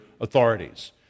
authorities